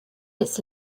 its